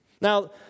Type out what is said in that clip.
Now